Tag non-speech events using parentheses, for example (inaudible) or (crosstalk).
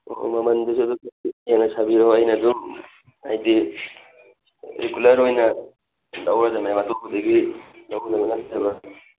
ꯑꯣ ꯃꯃꯜꯗꯨꯁꯨ ꯌꯦꯡꯅ ꯁꯥꯕꯤꯔꯛꯑꯣ ꯑꯩꯅ ꯑꯗꯨꯝ ꯍꯥꯏꯗꯤ ꯔꯤꯒꯨꯂꯔ ꯑꯣꯏꯅ ꯂꯧꯔꯗꯃꯦ ꯑꯇꯣꯞꯄꯗꯒꯤ (unintelligible)